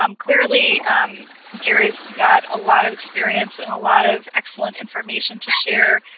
um clearly um gary's got a lot of experience and a lot of excellent information to share.